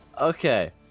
Okay